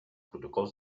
protocols